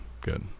Good